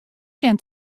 sjen